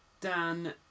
Dan